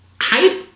hype